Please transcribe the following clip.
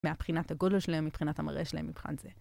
מבחינת הגודל שלהם, מבחינת המראה שלהם מבחן זה.